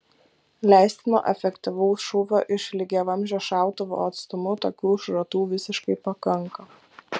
leistino efektyvaus šūvio iš lygiavamzdžio šautuvo atstumu tokių šratų visiškai pakanka